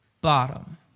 bottom